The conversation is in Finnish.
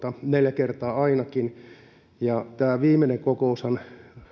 neljä kertaa ainakin tämä viimeinen kokoushan